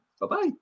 Bye-bye